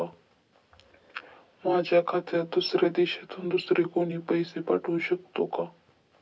माझ्या खात्यात दुसऱ्या देशातून दुसरे कोणी पैसे पाठवू शकतो का?